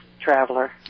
traveler